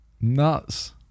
Nuts